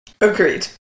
Agreed